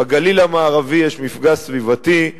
בגליל המערבי יש מפגע סביבתי